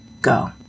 go